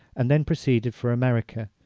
and then proceeded for america,